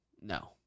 No